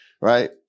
right